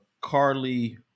Carly